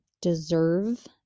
deserve